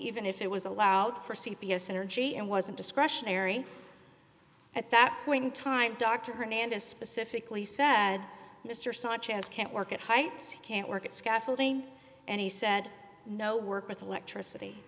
even if it was allowed for c p s energy and wasn't discretionary at that point in time dr hernandez specifically said mr sanchez can't work at height can't work at scaffolding and he said no work with electricity